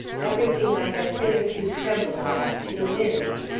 everything i had hitherto trembled at to the winds.